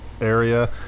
area